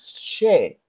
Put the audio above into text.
share